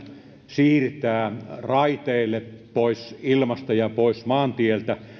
siirtää raiteille pois ilmasta ja pois maantieltä